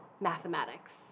Mathematics